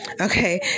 okay